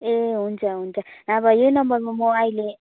ए हुन्छ हुन्छ नभए यही नम्बरमा म अहिले